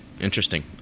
Interesting